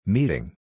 Meeting